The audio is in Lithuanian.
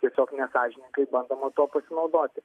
tiesiog nesąžiningai bandoma tuo pasinaudoti